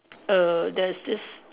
err there's this